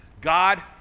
God